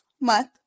month